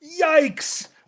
Yikes